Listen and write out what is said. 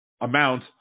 amount